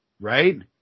right